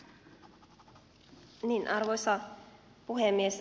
arvoisa puhemies